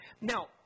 Now